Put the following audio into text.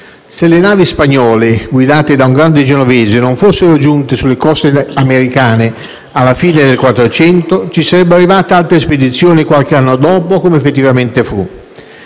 Se le navi spagnole, guidate da un grande genovese, non fossero giunte sulle coste americane alla fine del Quattrocento, ci sarebbero arrivate altre spedizioni qualche anno dopo, come effettivamente fu,